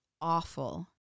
awful